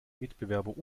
mitbewerber